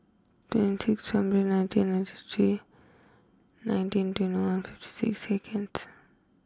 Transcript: twenty six February nineteen ninety three nineteen twenty one fifty six seconds